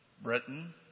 Britain